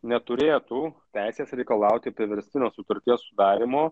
neturėtų teisės reikalauti priverstinio sutarties sudarymo